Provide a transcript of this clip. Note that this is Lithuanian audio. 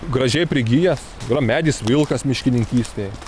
gražiai prigijęs yra medis vilkas miškininkystėj